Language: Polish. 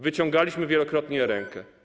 Wyciągaliśmy wielokrotnie rękę.